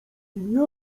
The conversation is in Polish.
nim